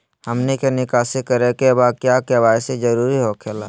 हमनी के निकासी करे के बा क्या के.वाई.सी जरूरी हो खेला?